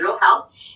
health